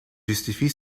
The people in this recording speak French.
justifie